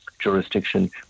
jurisdiction